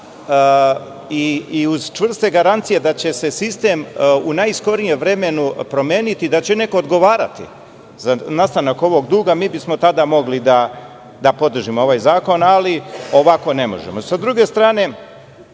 i uz čvrste garancije da će se sistem u najskorijem vremenu promeniti, da će neko odgovarati za nastanak ovog duga, mi bismo tada mogli da podržimo ovaj zakon, ali ovako ne možemo.S